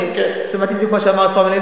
אני שמעתי בדיוק מה שאמר אפרים הלוי